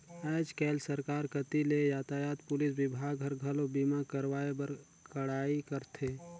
आयज कायज सरकार कति ले यातयात पुलिस विभाग हर, घलो बीमा करवाए बर कड़ाई करथे